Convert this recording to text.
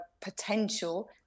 potential